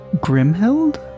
Grimhild